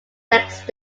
next